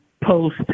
post